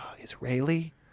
israeli